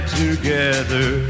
together